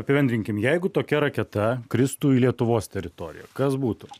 apibendrinkim jeigu tokia raketa kristų į lietuvos teritoriją kas būtų